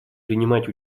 принимать